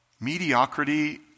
mediocrity